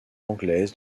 anglaise